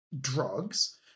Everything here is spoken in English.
drugs